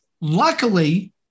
Luckily